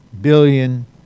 billion